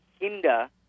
hinder